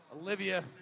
Olivia